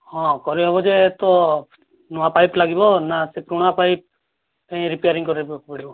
ହଁ କରିହେବ ଯେ ତ ନୂଆ ପାଇପ୍ ଲାଗିବ ନା ସେ ପୁରୁଣା ପାଇପ୍ ରିପାରିଙ୍ଗ କରିବାକୁ ପଡ଼ିବ